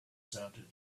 sounded